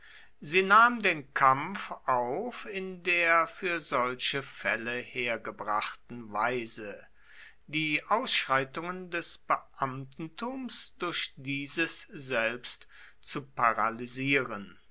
sie nahm den kampf auf in der für solche fälle hergebrachten weise die ausschreitungen des beamtentums durch dieses selbst zu paralysieren